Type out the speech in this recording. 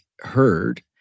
heard